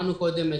שמענו את